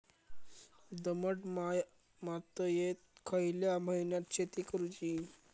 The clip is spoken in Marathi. दमट मातयेत खयल्या महिन्यात शेती करुची?